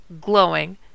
glowing